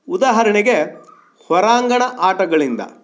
ಉದಾಹರಣೆಗೆ ಹೊರಾಂಗಣ ಆಟಗಳಿಂದ